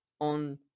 On